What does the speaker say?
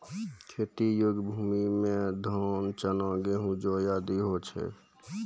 खेती योग्य भूमि म धान, चना, गेंहू, जौ आदि होय छै